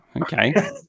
Okay